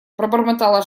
пробормотала